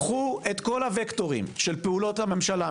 קחו את כל הווקטורים של פעולות הממשלה,